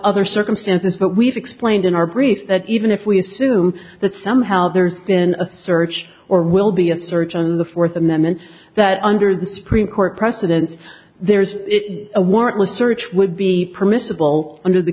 other circumstances but we've explained in our brief that even if we assume that somehow there's been a search or will be a search on the fourth amendment that under the supreme court precedents there's a warrantless search would be permissible under the